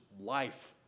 life